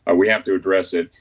ah we have to address it.